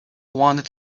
wanted